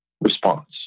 response